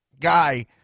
guy